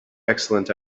excellent